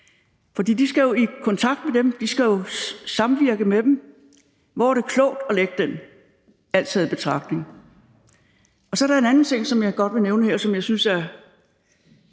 for de skal jo i kontakt med dem, de skal jo samvirke med dem – hvor er det klogt at lægge den, alt taget i betragtning? Så er der en anden ting, som jeg godt vil nævne her, og som jeg synes er